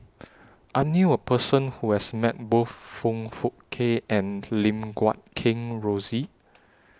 I knew A Person Who has Met Both Foong Fook Kay and Lim Guat Kheng Rosie